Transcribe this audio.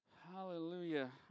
Hallelujah